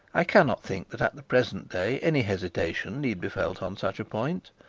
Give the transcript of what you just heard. i cannot think that at the present day any hesitation need be felt on such a point.